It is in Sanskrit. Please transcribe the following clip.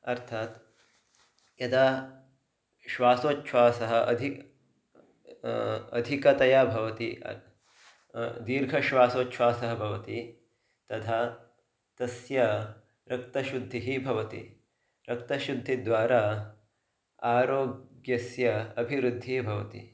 अर्थात् यदा श्वासोछ्वासः अधिकं अधिकतया भवति दीर्घश्वासोछ्वासः भवति तथा तस्य रक्तशुद्धिः भवति रक्तशुद्धिद्वारा आरोग्यस्य अभिवृद्धिः भवति